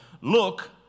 look